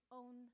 own